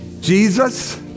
Jesus